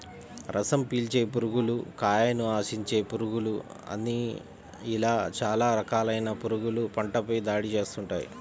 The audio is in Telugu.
రసం పీల్చే పురుగులు, కాయను ఆశించే పురుగులు అని ఇలా చాలా రకాలైన పురుగులు పంటపై దాడి చేస్తుంటాయి